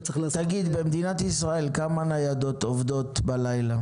אתה צריך --- במדינת ישראל כמה ניידות עובדות בלילה?